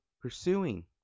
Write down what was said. pursuing